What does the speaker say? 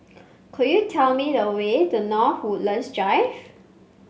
could you tell me the way to North Woodlands Drive